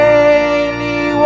Daily